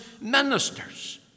ministers